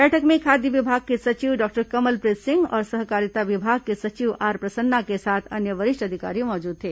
बैठक में खाद्य विभाग के सचिव डॉक्टर कमलप्रीत सिंह और सहकारिता विभाग के सचिव आर प्रसन्ना के साथ अन्य वरिष्ठ अधिकारी मौजूद थे